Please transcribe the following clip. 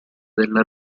della